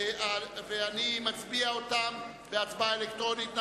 ואני מצביע עליהן בהצבעה אלקטרונית.